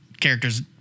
character's